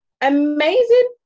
amazing